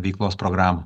veiklos programą